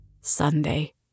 Sunday